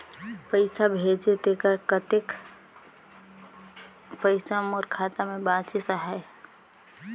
पइसा भेजे तेकर कतेक पइसा मोर खाता मे बाचिस आहाय?